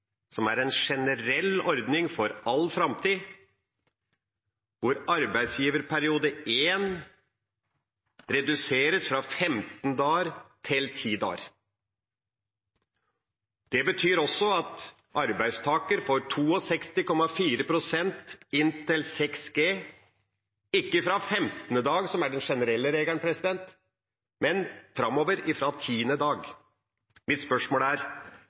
som er en generell ordning, for all framtid, hvor arbeidsgiverperiode I reduseres fra 15 til 10 dager. Det betyr også at arbeidstaker får 62,4 pst. inntil 6G, ikke fra femtende dag, som er den generelle regelen, men framover fra tiende dag. Mitt spørsmål er: